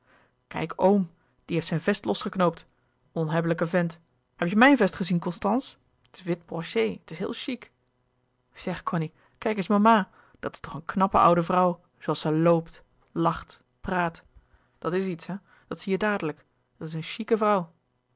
kijk oom die heeft zijn vest losgeknoopt onhebbelijke vent heb je mijn vest gezien constance het is wit broché het is heel chic zeg cony kijk eens mama dat louis couperus de boeken der kleine zielen is toch een knappe oude vrouw zooals ze loopt lacht praat dat is iets hè dat zie je dadelijk dat is een chique